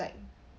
like